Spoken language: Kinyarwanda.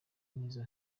nizo